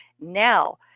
Now